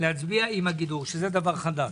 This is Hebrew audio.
להצביע עם הגידור, שזה דבר חדש.